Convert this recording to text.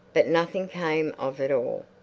but nothing came of it all.